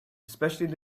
especially